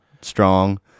strong